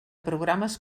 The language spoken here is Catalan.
programes